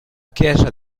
chiesa